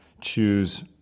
choose